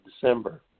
December